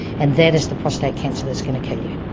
and that is the prostate cancer that is going to kill you.